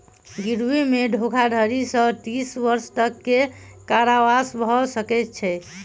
गिरवी मे धोखाधड़ी सॅ तीस वर्ष तक के कारावास भ सकै छै